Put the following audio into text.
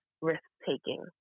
risk-taking